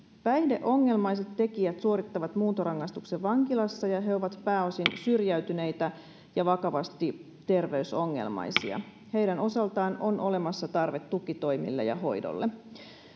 päihdeongelmaiset tekijät suorittavat muuntorangaistuksen vankilassa ja he ovat pääosin syrjäytyneitä ja vakavasti terveysongelmaisia heidän osaltaan on olemassa tarve tukitoimille ja hoidolle